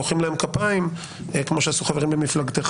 מוחאים להם כפיים כמו שעשו חברים במפלגתך,